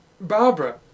Barbara